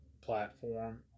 platform